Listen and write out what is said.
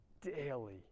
daily